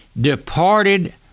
departed